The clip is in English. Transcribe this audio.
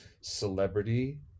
celebrity